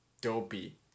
Dopey